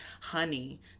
honey